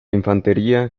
infantería